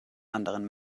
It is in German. anderen